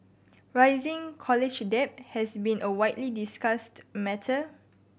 rising college debt has been a widely discussed matter